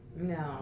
No